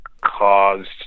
caused